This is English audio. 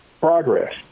progress